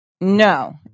No